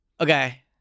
Okay